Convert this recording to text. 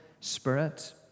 spirit